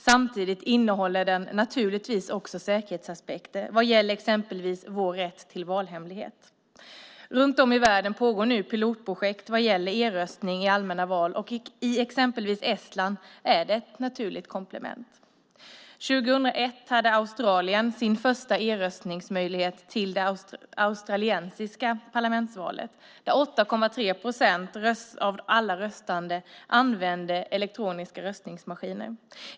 Samtidigt innehåller det naturligtvis också säkerhetsaspekter vad gäller exempelvis vår rätt till valhemlighet. Runt om i världen pågår nu pilotprojekt vad gäller e-röstning i allmänna val. I Estland är det ett naturligt komplement. 2001 hade Australien sin första e-röstningsmöjlighet till det australiska parlamentsvalet, där 8,3 procent av alla röstande använde elektroniska röstningsmaskiner.